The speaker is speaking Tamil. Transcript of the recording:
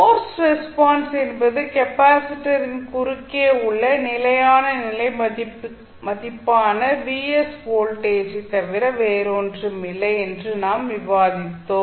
போர்ஸ்ட் ரெஸ்பான்ஸ் என்பது கெப்பாசிட்டரின் குறுக்கே உள்ள நிலையான நிலை மதிப்பான Vs வோல்டேஜைத் தவிர வேறொன்றுமில்லை என்று நாம் விவாதித்தோம்